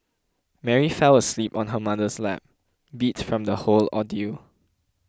Mary fell asleep on her mother's lap beat from the whole ordeal